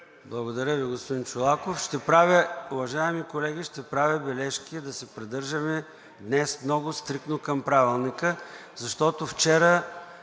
Благодаря Ви, господин Чолаков. Уважаеми колеги, ще правя бележки да се придържаме днес много стриктно към Правилника, защото вчера